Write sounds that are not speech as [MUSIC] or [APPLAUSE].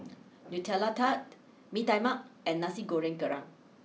[NOISE] Nutella Tart Mee Tai Mak and Nasi Goreng Kerang